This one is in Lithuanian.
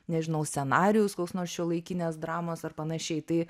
nežinau scenarijus koks nors šiuolaikinės dramos ar panašiai tai